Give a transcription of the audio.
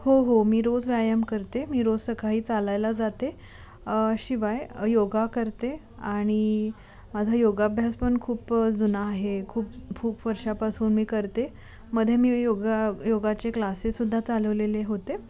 हो हो मी रोज व्यायाम करते मी रोज सकाळी चालायला जाते शिवाय योगा करते आणि माझा योगाभ्यास पण खूप जुना आहे खूप खूप वर्षापासून मी करते मध्ये मी योगा योगाचे क्लासेससुद्धा चालवलेले होते